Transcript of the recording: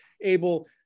able